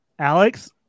Alex